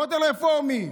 כותל רפורמי.